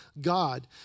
God